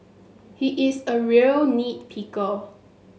he is a real nit picker